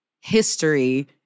history